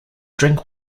drink